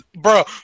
Bro